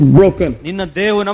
broken